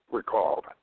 recalled